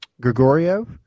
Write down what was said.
Gregorio